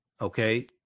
okay